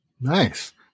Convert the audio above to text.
Nice